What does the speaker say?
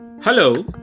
Hello